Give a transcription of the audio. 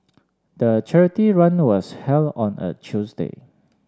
the charity run was held on a Tuesday